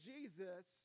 Jesus